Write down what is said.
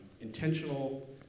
intentional